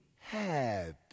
happy